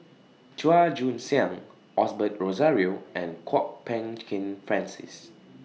Chua Joon Siang Osbert Rozario and Kwok Peng Kin Francis